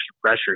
pressure